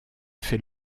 fait